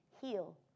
heal